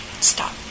Stop